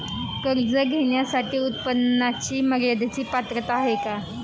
कर्ज घेण्यासाठी उत्पन्नाच्या मर्यदेची पात्रता आहे का?